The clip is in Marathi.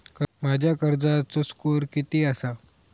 माझ्या कर्जाचो स्कोअर किती आसा?